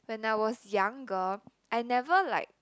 when I was younger I never like